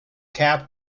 cap